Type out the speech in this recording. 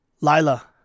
Lila